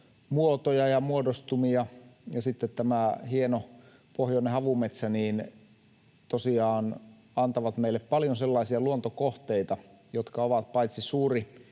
muotoja ja muodostumia ja sitten tämä hieno pohjoinen havumetsä tosiaan antavat meille paljon sellaisia luontokohteita, jotka ovat paitsi suuri